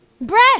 breath